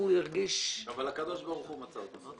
אבל הקדוש ברוך הוא מצא אותם.